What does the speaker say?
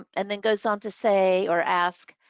and then goes on to say or ask,